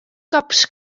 cops